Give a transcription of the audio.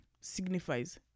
signifies